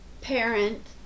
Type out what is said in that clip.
parent